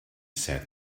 said